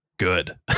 good